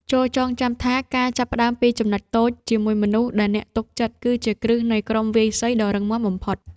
ចូរចងចាំថា ការចាប់ផ្ដើមពីចំណុចតូចជាមួយមនុស្សដែលអ្នកទុកចិត្ត គឺជាគ្រឹះនៃក្រុមវាយសីដ៏រឹងមាំបំផុត។